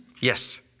Yes